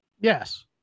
yes